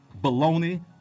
baloney